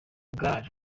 ghali